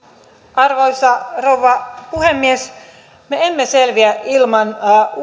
arvoisa rouva puhemies me emme selviä ilman